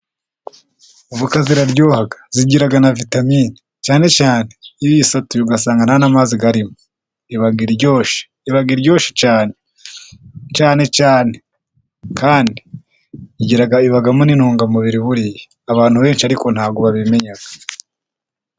Voka ziraryoha ,zigira na vitamine ,cyane cyane iyo uyisatuye ugasanga ntamazi arimo, iba iryoshye iba iryoshye cyane, cyane cyane kandi igira ibamo n'intungamubiri ,buriya abantu benshi ariko ntabwo babimenya.